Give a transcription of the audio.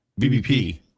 BBP